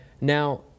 Now